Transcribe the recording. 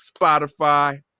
spotify